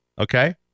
Okay